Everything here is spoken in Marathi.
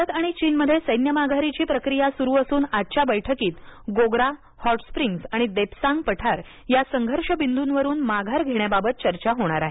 भारत आणि चीनमध्ये सैन्य माघारीची प्रक्रिया सुरू असून आजच्या बैठकीत गोग्रा हॉट स्प्रिंग्ज आणि देप्सांग पठार या संघर्ष बिंदूंवरून माघार घेण्याबाबत चर्चा होणार आहे